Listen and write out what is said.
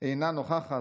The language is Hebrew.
אינה נוכחת,